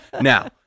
now